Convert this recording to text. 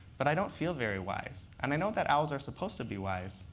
but i don't feel very wise. and i know that owls are supposed to be wise,